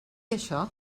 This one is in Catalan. això